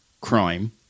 crime